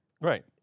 Right